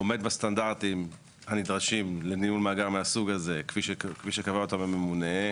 עומד בסטנדרטים הנדרשים לניהול מאגר מהסוג הזה כפי שקבע אותם הממונה,